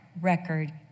record